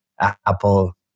Apple